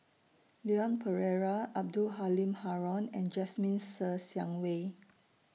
Leon Perera Abdul Halim Haron and Jasmine Ser Xiang Wei